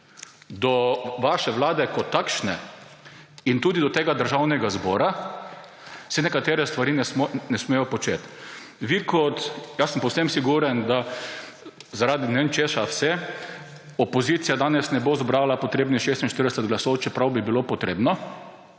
do vaše vlade kot takšne in tudi do tega državnega zbora se nekatere stvari ne smejo početi. Jaz sem povsem siguren, da zaradi ne vem česa vse opozicija danes ne bo zbrala potrebnih 46 glasov, čeprav bi bilo potrebno.